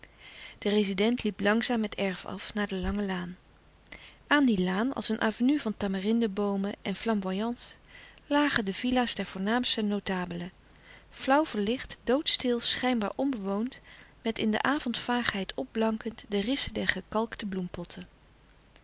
de rezident liep langzaam het erf af en naar de lange laan aan die laan als een avenue van tamarinde boomen en flamboyants lagen de villa's der voornaamste notabelen flauw verlicht doodstil schijnbaar onbewoond met in de avondvaagheid opblankend de rissen der gekalkte bloempotten